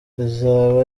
izaba